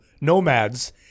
nomads